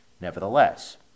Nevertheless